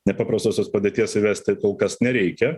nepaprastosios padėties įvesti kol kas nereikia